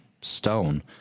stone